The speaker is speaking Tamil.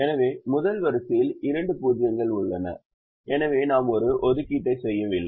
எனவே முதல் வரிசையில் இரண்டு 0 கள் உள்ளன எனவே நாம் ஒரு ஒதுக்கீட்டை செய்யவில்லை